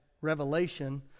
revelation